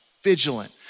vigilant